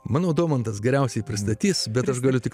manau domantas geriausiai pristatys bet aš galiu tik